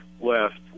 left